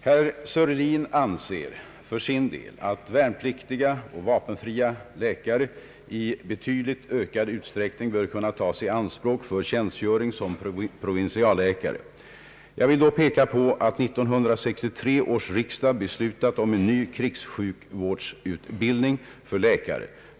Herr Sörlin anser för sin del att värnpliktiga och vapenfria läkare i betydligt ökad utsträckning bör kunna tas i anspråk för tjänstgöring som provinsialläkare. Jag vill då peka på att 1963 års riksdag beslutat om en ny krigssjukvårdsutbildning för läkare.